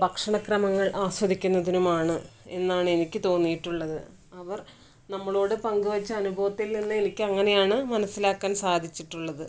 ഭക്ഷണ ക്രമങ്ങൾ ആസ്വദിക്കുന്നതിനുമാണ് എന്നാണ് എനിക്ക് തോന്നിയിട്ടുള്ളത് അവർ നമ്മളോട് പങ്ക് വെച്ച അനുഭവത്തിൽ നിന്ന് എനിക്ക് അങ്ങനെയാണ് മനസ്സിലാക്കാൻ സാധിച്ചിട്ടുള്ളത്